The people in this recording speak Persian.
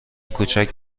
کوچک